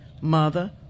mother